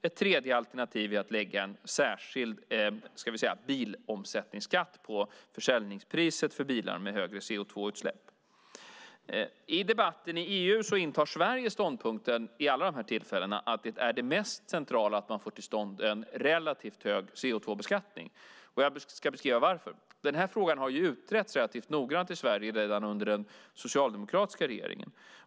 Ett tredje alternativ är att lägga en särskild bilomsättningsskatt på försäljningspriset för bilar med högre CO2-utsläpp. I debatten i EU intar Sverige ståndpunkten vid alla dessa tillfällen att det mest centrala är att man får till stånd en relativt hög CO2-beskattning. Jag ska beskriva varför. Denna fråga har utretts relativt noggrant i Sverige redan under den socialdemokratiska regeringen.